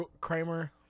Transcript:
Kramer